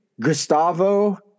Gustavo